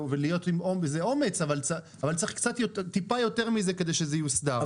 אבל צריך טיפה יותר מזה כדי שזה יוסדר.